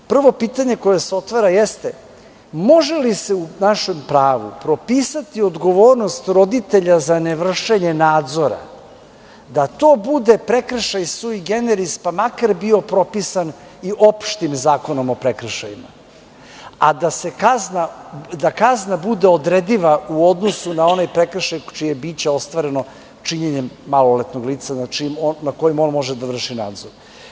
Prvo pitanje koje se otvara, jeste može li se u našem pravu propisati odgovornost roditelja za ne vršenje nadzora, da to bude prekršaj sui generis, pa makar bio propisan i opštim Zakonom o prekršajima, a da kazna bude odrediva u odnosu na onaj prekršaj čije je biće ostvareno činjenjem maloletnog lica, nad kojim on može da vrši nadzor.